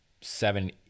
seven